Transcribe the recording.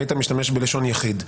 היית משתמש בלשון יחיד.